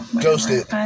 Ghosted